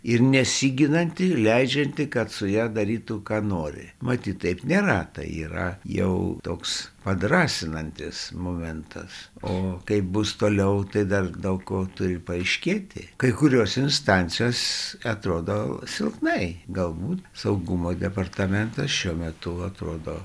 ir nesiginanti leidžianti kad su ja darytų ką nori matyt taip nėra tai yra jau toks padrąsinantis momentas o kaip bus toliau tai dar daug ko turi paaiškėti kai kurios instancijos atrodo silpnai galbūt saugumo departamentas šiuo metu atrodo